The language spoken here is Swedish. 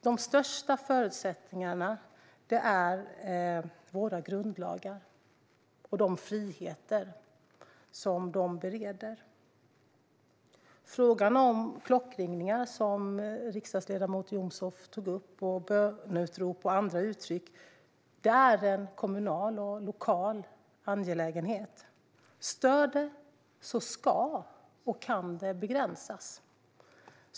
De största förutsättningarna är våra grundlagar och de friheter som de bereder. Frågan om klockringningar, böneutrop och andra uttryck som riksdagsledamoten Jomshof tog upp är en kommunal och lokal angelägenhet. Om det stör ska och kan det begränsas.